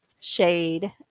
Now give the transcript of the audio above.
shade